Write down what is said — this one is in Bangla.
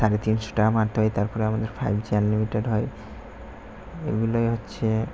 সাড়ে তিনশোটা মারতে হয় তারপরে আমাদের ফাইভ জি আনলিমিটেড হয় এগুলোই হচ্ছে